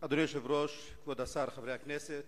אדוני היושב-ראש, כבוד השר, חברי הכנסת,